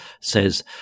says